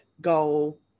goal